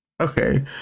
Okay